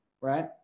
right